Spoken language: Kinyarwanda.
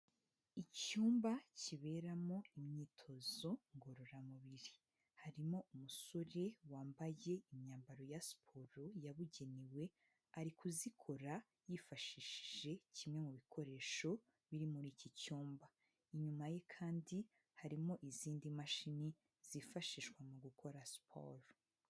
Icyumba kiberamo imyitozo ngororamubiri, harimo umusore wambaye imyambaro ya siporo yabugenewe, ari kuzikora yifashishije kimwe mu bikoresho biri muri iki cyumba, inyuma ye kandi harimo izindi mashini zifashishwa mu gukora siporo.